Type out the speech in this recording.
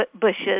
bushes